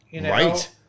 Right